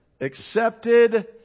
Accepted